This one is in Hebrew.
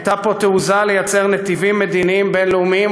הייתה פה התעוזה לייצר נתיבים מדיניים בין-לאומיים